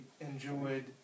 enjoyed